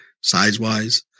size-wise